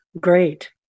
Great